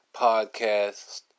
podcast